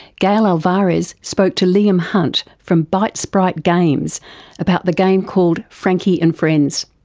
gail alvares spoke to liam hunt from bytesprite games about the game called frankie and friends.